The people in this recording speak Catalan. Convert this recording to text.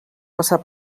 passar